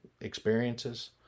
experiences